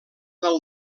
del